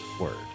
word